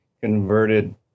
converted